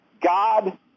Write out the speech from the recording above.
God